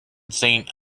saint